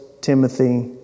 Timothy